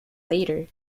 later